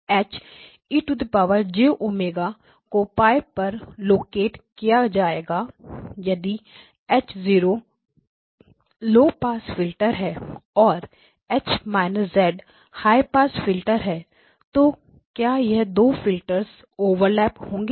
H e j ω को π पर locate किया जाएगा यदि H 0 लो पास फिल्टर है और H −z high pass filter है तो क्या यह दो फिल्टर ओवरलैप होंगे